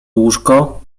łóżko